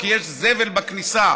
כי יש זבל בכניסה.